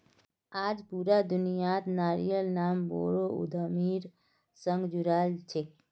आज पूरा दुनियात नारिर नाम बोरो उद्यमिर संग जुराल छेक